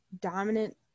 dominant